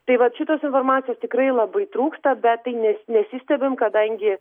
tai vat šitos informacijos tikrai labai trūksta bet tai nes nesistebim kadangi